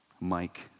Mike